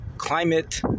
climate